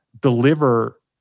deliver